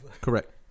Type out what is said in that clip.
Correct